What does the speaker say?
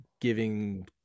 giving